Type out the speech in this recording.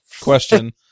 question